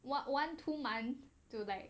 one one two month to like